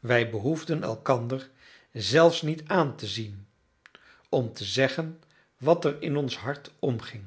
wij behoefden elkander zelfs niet aan te zien om te zeggen wat er in ons hart omging